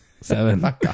seven